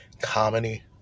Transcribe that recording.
Comedy